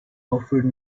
offered